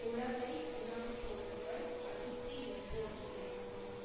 குழந்தை உணவுப் பொருட்கள் அடுத்து எப்போது கிடைக்கும்